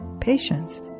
Patience